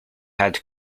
had